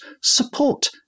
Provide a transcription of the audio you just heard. support